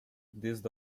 desde